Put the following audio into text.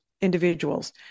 individuals